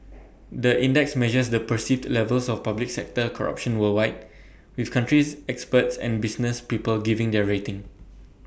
the index measures the perceived levels of public sector corruption worldwide with country experts and business people giving their rating